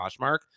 Poshmark